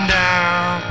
down